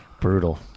brutal